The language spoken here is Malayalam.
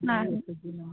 ആ